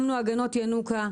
שמנו הגנות ינוקא,